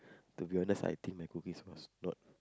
to be honest I think my cookings was not